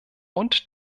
und